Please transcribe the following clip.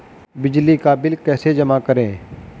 बिजली का बिल कैसे जमा करें?